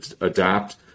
adapt